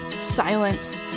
silence